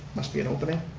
must be an opening?